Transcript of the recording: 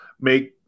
make